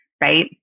right